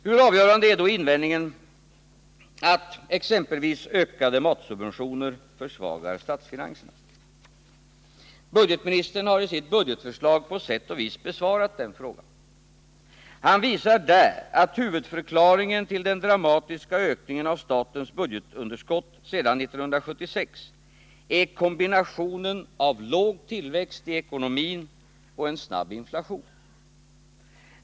Hur avgörande är då invändningen att exempelvis ökade matsubventioner försvagar statsfinanserna? Budgetministern har i sitt budgetförslag på sätt och vis besvarat den frågan. Han visar där att huvudförklaringen till den dramatiska ökningen av statens budgetunderskott sedan 1976 är kombinationen av låg tillväxt i ekonomin och snabb inflation.